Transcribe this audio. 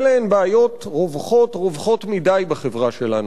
אלה הן בעיות רווחות, רווחות מדי, בחברה שלנו.